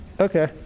Okay